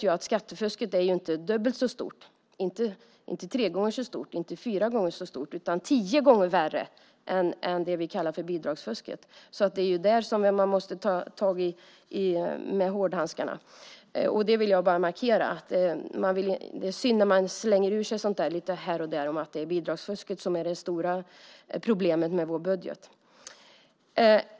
Vi vet att skattefusket inte bara är dubbelt så stort eller tre eller fyra gånger så stort - det är tio gånger värre än det vi kallar för bidragsfusket! Det är där man måste ta i med hårdhandskarna. Det är synd att man gång på gång slänger ur sig detta om att bidragsfusket är det stora problemet med vår budget.